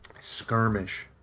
Skirmish